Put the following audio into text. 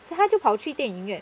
so 他就跑去电影院